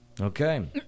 Okay